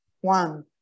one